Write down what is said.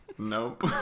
nope